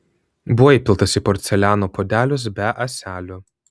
buvo įpiltas į porceliano puodelius be ąselių